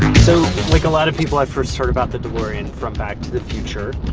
so, like a lot of people, i first heard about the delorean from back to the future.